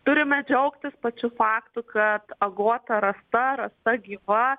turime džiaugtis pačiu faktu kad agota rasta rasta gyva